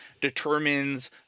determines